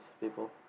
people